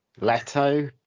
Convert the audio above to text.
Leto